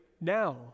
now